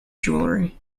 jewellery